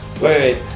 wait